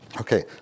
Okay